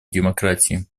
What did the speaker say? демократии